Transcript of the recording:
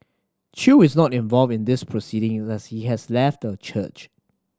chew is not involved in these proceedings as he has left the church